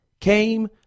came